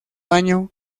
año